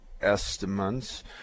estimates